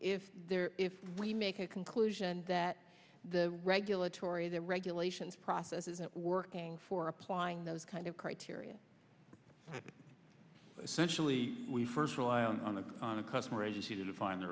if if we make a conclusion that the regulatory the regulations process isn't working for applying those kind of criteria essentially we first rely on the on the customer agency to define the